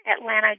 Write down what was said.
Atlanta